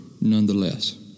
nonetheless